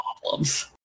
problems